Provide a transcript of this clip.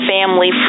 Family